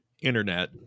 internet